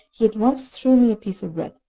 he at once threw me a piece of bread.